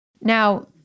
Now